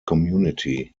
community